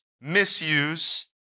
misuse